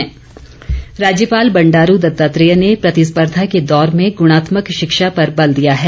राज्यपाल राज्यपाल बंडारू दत्तात्रेय ने प्रतिस्पर्धा के दौर में गुणात्मक शिक्षा पर बल दिया है